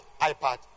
iPad